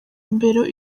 mbere